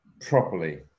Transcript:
properly